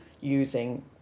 using